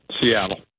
Seattle